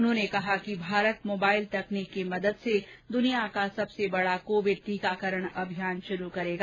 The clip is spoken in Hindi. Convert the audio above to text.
उन्होंने कहा कि भारत मोबाइल तकनीक की मदद से द्निया का सबसे बड़ा कोविड टीकाकरण अभियान शुरू करेगा